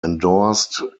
endorsed